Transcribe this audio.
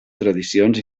tradicions